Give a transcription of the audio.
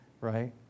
right